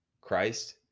Christ